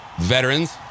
veterans